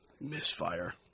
Misfire